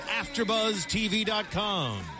AfterBuzzTV.com